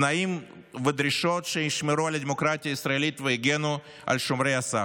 תנאים ודרישות שישמרו על הדמוקרטיה הישראלית ויגנו על שומרי הסף.